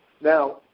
Now